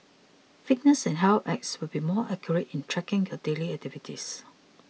fitness and health apps will be more accurate in tracking your daily activities